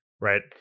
right